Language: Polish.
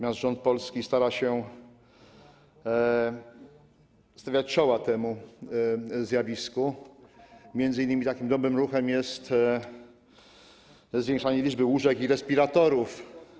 Nasz polski rząd stara się stawiać czoła temu zjawisku, m.in. takim dobrym ruchem jest zwiększanie liczby łóżek i respiratorów.